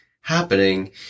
happening